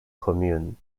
commune